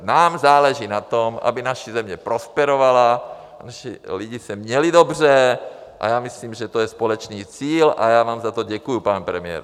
Nám záleží na tom, aby naše země prosperovala, naši lidé se měli dobře, a já myslím, že to je společný cíl, a já vám za to děkuji, pane premiére.